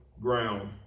ground